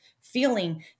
feeling